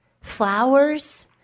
Flowers